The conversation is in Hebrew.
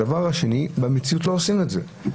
מצד שני, במציאות לא עושים את זה.